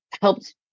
helped